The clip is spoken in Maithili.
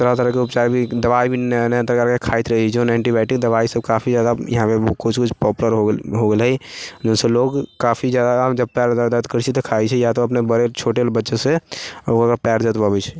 तरह तरहके उपचार भी दवाइ भी नया नया प्रकारके खाइत रहै छै एन्टीबायोटिक दवाइ सभ काफी जादा यहाँपर किछु किछु पॉपुलर हो गेल हो गेलै जाहिसँ लोग काफी जादा पयर जादा दर्द करै छै तऽ खाइ छै या तऽ अपने बड़े छोटे बच्चेसँ ओ पयर जँतबौबै छै